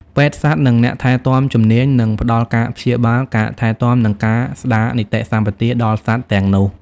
ពេទ្យសត្វ និងអ្នកថែទាំជំនាញនឹងផ្តល់ការព្យាបាល ការថែទាំ និងការស្តារនីតិសម្បទាដល់សត្វទាំងនោះ។